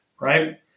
right